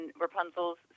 Rapunzel's